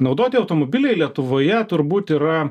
naudoti automobiliai lietuvoje turbūt yra